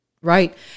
right